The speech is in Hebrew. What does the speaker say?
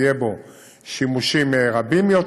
יהיה בו שימושים רבים יותר.